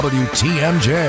wtmj